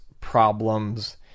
problems